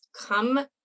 come